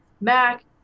mac